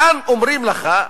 כאן אומרים לך,